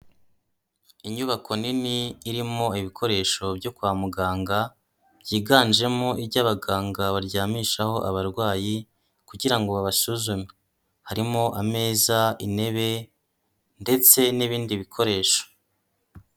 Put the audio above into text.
Inyubako nini, irimo ibikoresho byo kwa muganga, byiganjemo ibyo abaganga baryamishaho abarwayi kugira ngo babasuzume. Harimo ameza, intebe ndetse n'ibindi bikoresho.